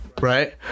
right